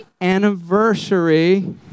anniversary